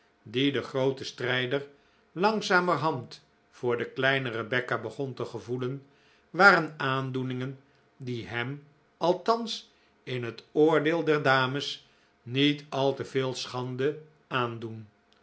die de groote strijder langzamerhand voor de kleine rebecca begon te gevoelen waren aandoeningen die hem althans in het oordeel der dames niet al te veel schande aandoen